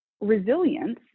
resilience